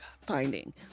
finding